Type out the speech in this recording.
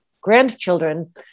grandchildren